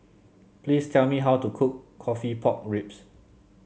please tell me how to cook coffee Pork Ribs